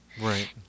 Right